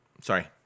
sorry